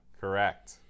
Correct